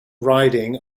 riding